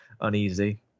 uneasy